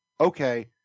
Okay